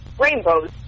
rainbows